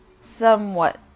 somewhat